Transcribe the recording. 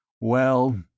Well